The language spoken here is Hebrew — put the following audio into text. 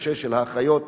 אני חייב לבשר לכם